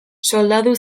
soldadu